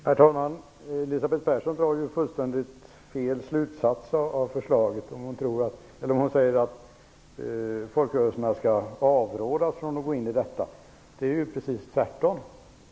Herr talman! Elisabeth Persson drar fullständigt felaktiga slutsatser av förslaget, när hon säger att folkrörelserna skall avrådas från att gå in i denna verksamhet. Det är ju precis tvärtom.